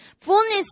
fullness